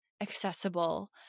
accessible